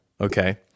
Okay